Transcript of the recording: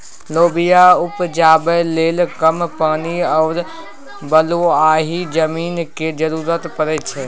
लोबिया उपजाबै लेल कम पानि आ बलुआही जमीनक जरुरत परै छै